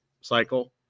cycle